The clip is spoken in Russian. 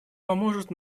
поможет